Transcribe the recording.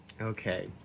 Okay